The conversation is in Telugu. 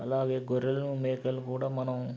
అలాగే గొర్రెలను మేకలను కూడా మనం